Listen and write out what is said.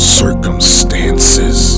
circumstances